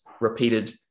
repeated